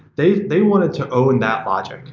they they wanted to own that logic,